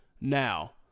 Now